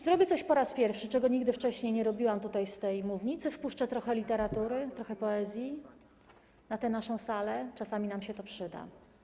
Zrobię coś po raz pierwszy, czego nigdy wcześniej nie robiłam na tej mównicy: wpuszczę trochę literatury, trochę poezji na tę naszą salę, czasami nam się to przyda.